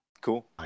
Cool